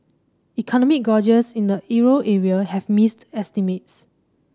economic gauges in the euro area have missed estimates